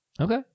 Okay